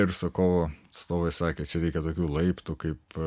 ir užsakovo atstovai sakė čia kad tokių laiptų kaip